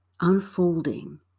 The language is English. unfolding